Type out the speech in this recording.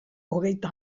hogeita